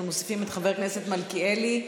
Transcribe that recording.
אנחנו מוסיפים את חבר הכנסת מלכיאלי,